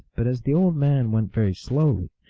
but as the old man went very slowly,